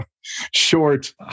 short